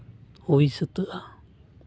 ᱦᱳᱭ ᱥᱟᱹᱛᱟᱹᱜᱼᱟ